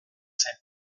zen